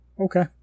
okay